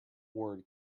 word